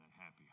happy